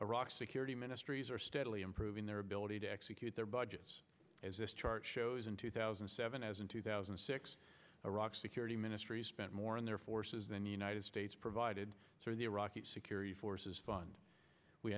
iraq's security ministries are steadily improving their ability to execute their budgets as this chart shows in two thousand and seven as in two thousand and six iraq's security ministry spent more in their forces than the united states provided the iraqi security forces fund we